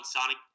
Sonic